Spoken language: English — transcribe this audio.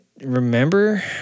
remember